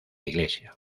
iglesia